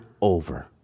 over